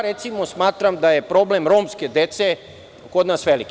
Recimo, ja smatram da je problem romske dece kod nas veliki.